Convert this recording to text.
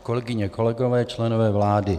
Kolegyně a kolegové, členové vlády.